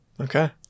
Okay